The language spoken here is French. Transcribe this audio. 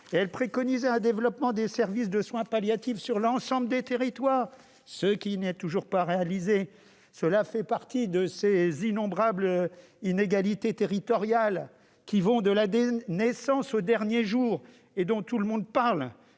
loi préconisait un développement des services de soins palliatifs sur l'ensemble du territoire, ce qui n'a toujours pas été fait. Cela fait partie de ces innombrables inégalités territoriales, qui vont de la naissance au dernier jour, et dont tout le monde parle,